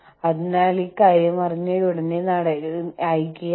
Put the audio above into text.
പക്ഷേ ആ കാര്യങ്ങളിലേക്ക് ഞങ്ങൾക്ക് കടന്നു ചെല്ലാൻ കഴിയുമായിരുന്നില്ല